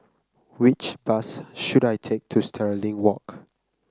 which bus should I take to Stirling Walk